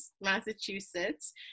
Massachusetts